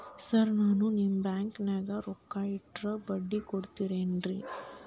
Sir ನಾನು ನಿಮ್ಮ ಬ್ಯಾಂಕನಾಗ ರೊಕ್ಕ ಇಟ್ಟರ ಬಡ್ಡಿ ಕೊಡತೇರೇನ್ರಿ?